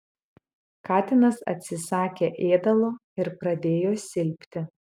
katinas atsisakė ėdalo ir pradėjo silpti